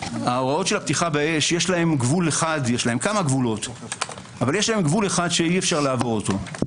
הוראות הפתיחה באש יש להן גבול אחד שאי אפשר לעבור אותו,